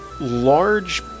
large